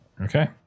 okay